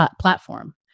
platform